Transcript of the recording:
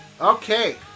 Okay